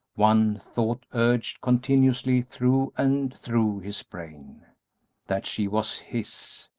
one thought surged continuously through and through his brain that she was his,